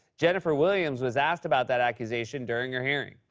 jennifer williams, was asked about that accusation during her hearing.